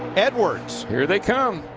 edwards, here they come.